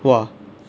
!wah!